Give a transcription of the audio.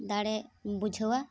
ᱫᱟᱲᱮᱢ ᱵᱩᱡᱷᱟᱹᱣᱟ